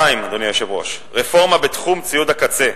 2. רפורמה בתחום ציוד הקצה,